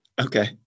Okay